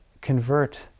convert